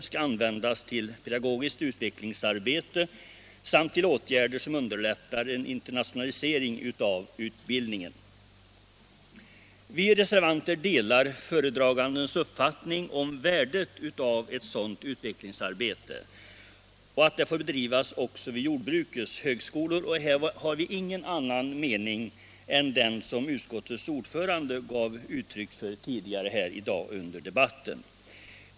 skall användas till pedagogiskt utvecklingsarbete samt till åtgärder som underlättar en internationalisering av utbildningen. Vi reservanter delar föredragandens uppfattning om värdet av ett sådant utvecklingsarbete och av att det får bedrivas också vid jordbrukets högskolor. Här har vi ingen annan mening än den utskottets ordförande gav uttryck för tidigare under debatten i dag.